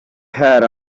pad